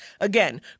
Again